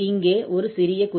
இங்கே ஒரு சிறிய குறிப்பு